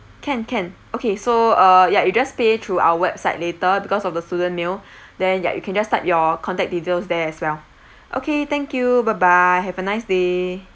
can can okay so uh ya you just pay through our website later because of the student meal then ya you can just type your contact details there as well okay thank you bye bye have a nice day